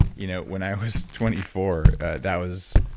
you know, when i was twenty four that was,